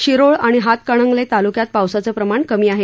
शिरोळ आणि हातकणंगले तालुक्यात पावसाचं प्रमाण कमी आहे